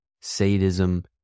sadism